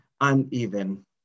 uneven